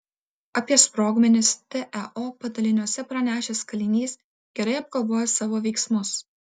apie sprogmenis teo padaliniuose pranešęs kalinys gerai apgalvojo savo veiksmus